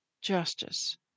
justice